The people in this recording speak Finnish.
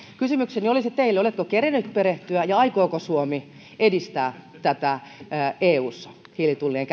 kysymykseni olisi teille oletteko kerennyt perehtyä ja aikooko suomi edistää tätä hiilitullien